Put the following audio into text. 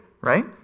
right